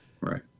right